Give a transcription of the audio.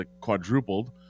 quadrupled